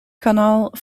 canal